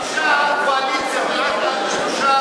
למה חמישה מהקואליציה ורק עד שלושה